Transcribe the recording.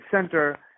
Center